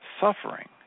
suffering